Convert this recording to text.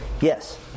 Yes